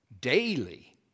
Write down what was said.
daily